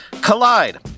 Collide